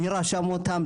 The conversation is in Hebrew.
מי רשם אותם,